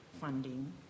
funding